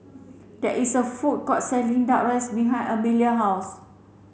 there is a food court selling duck rice behind Emilia house